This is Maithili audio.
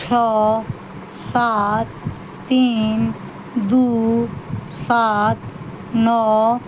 छओ सात तीन दू सात नओ